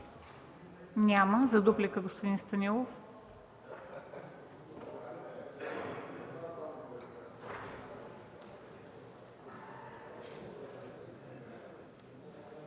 Няма. За дуплика – господин Станилов.